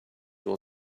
will